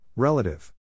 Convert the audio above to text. Relative